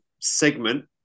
segment